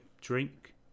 drink